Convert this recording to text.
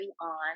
on